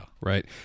Right